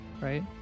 right